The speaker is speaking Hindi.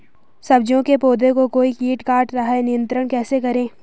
सब्जियों के पौधें को कोई कीट काट रहा है नियंत्रण कैसे करें?